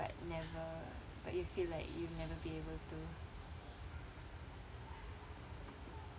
but never but you feel like you'll never be able to